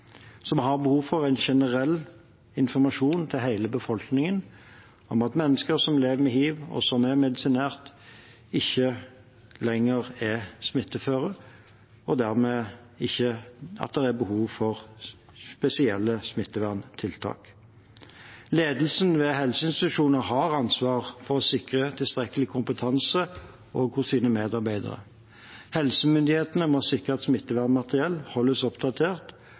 har behov for generell informasjon til hele befolkningen om at mennesker som lever med hiv og som er medisinert, ikke lenger er smitteførende, og at det dermed ikke er behov for spesielle smitteverntiltak. Ledelsen ved helseinstitusjonene har ansvar for å sikre tilstrekkelig kompetanse hos sine medarbeidere. Helsemyndighetene må sikre at smittevernmateriell holdes oppdatert